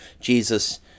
jesus